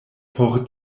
por